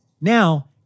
Now